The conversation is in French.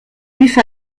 juifs